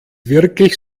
wirklich